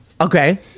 okay